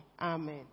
Amen